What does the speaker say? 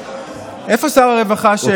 איפה שר הרווחה?